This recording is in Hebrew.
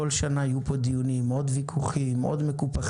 כל שנה יהיו פה דיונים, עם מקופחים, עוד ויכוחים.